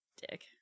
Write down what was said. Dick